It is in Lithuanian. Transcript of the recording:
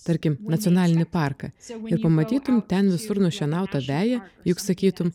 tarkim nacionalinį parką ir pamatytum ten visur nušienautą veją juk sakytum